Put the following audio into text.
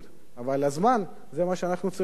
אבל זמן, זה מה שאנחנו צריכים.